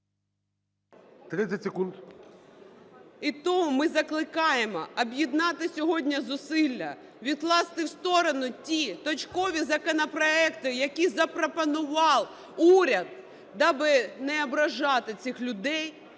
І тому ми закликаємо об'єднати сьогодні зусилля, відкласти в сторону ті точкові законопроекти, які запропонував уряд, даби не ображати цих людей,